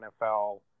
NFL